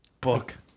Book